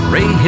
Ray